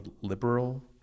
liberal